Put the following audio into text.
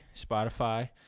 Spotify